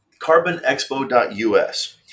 Carbonexpo.us